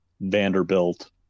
Vanderbilt